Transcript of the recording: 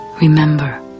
remember